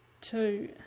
Two